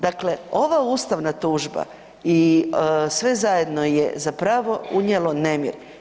Dakle, ova ustavna tužba i sve zajedno je zapravo unijelo nemir.